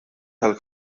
tal